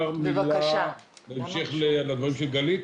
מילה בהמשך לדברים של גלית?